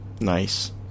Nice